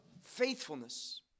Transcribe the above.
faithfulness